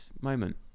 moment